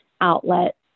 outlet